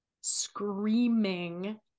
screaming